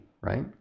right